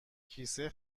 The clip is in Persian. کیسه